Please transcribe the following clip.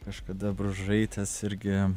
kažkada bružaitės irgi